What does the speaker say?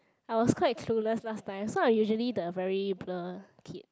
I was quite clueless last time so I usually the very blur kid